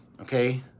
Okay